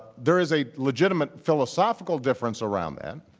there is a legitimate philosophical difference around that,